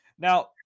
Now